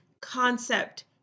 concept